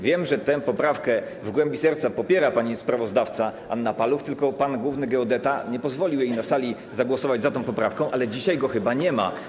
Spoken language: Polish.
Wiem, że tę poprawkę w głębi serca popiera pani sprawozdawca Anna Paluch, tylko pan główny geodeta nie pozwolił jej na sali zagłosować za tą poprawką, ale dzisiaj go chyba nie ma.